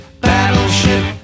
Battleship